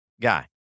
guy